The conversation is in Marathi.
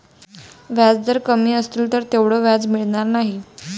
व्याजदर कमी असतील तर तेवढं व्याज मिळणार नाही